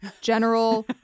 general